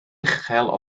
uchel